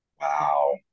Wow